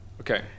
Okay